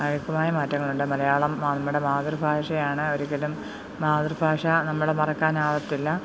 ആയിട്ടുള്ള മാറ്റങ്ങളുണ്ട് മലയാളം നമ്മുടെ മാതൃഭാഷയാണ് ഒരിക്കലും മാതൃഭാഷ നമ്മൾ മറക്കാനാവത്തില്ല